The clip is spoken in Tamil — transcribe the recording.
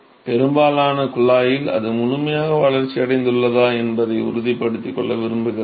பெரும்பாலான குழாயில் அது முழுமையாக வளர்ச்சியடைந்துள்ளதா என்பதை உறுதிப்படுத்திக் கொள்ள விரும்புகிறேன்